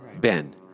Ben